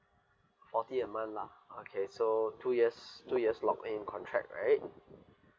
forty a month lah okay so two years two years lock in contract right